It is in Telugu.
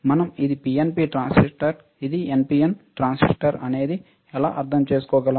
మనం ఇది పిఎన్పి ట్రాన్సిస్టర్ ఇది ఎన్పిఎన్ ట్రాన్సిస్టర్ అనేది ఎలా అర్థం చేసుకోగలం